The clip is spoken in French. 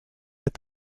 est